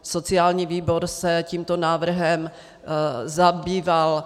Sociální výbor se tímto návrhem zabýval.